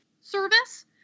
service